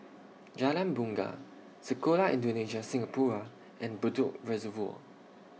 Jalan Bungar Sekolah Indonesia Singapura and Bedok Reservoir